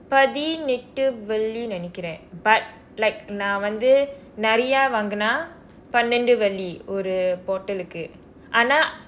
பதினெட்டு வெள்ளி நினைக்கிறேன்:pathinetdu velli ninaikkireen but like நான் வந்து நிறைய வாங்கினால் பன்னண்டு வெள்ளி ஒரு:naan vandthu niraiya vaangkinaal pannandu velli oru bottle-ku ஆனா:aanaa